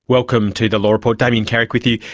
welcome to the law report, damien carrick with you.